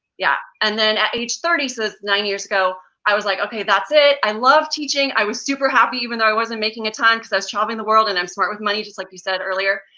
yeah. and then, at age thirty, so that's nine years ago, i was like, okay, that's it, i love teaching. i was super happy even though i wasn't making a time cause i was traveling the world and i'm smart with money, just like you said earlier,